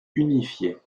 unifié